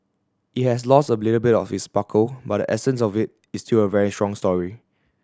it has lost a little bit of its sparkle but essence of it is still a very strong story